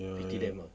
ya